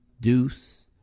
deuce